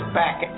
back